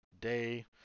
day